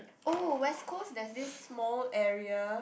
oh West-Coast there's this small area